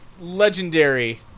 legendary